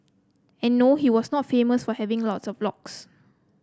and no he was not famous for having lots of locks